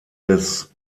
des